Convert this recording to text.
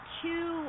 two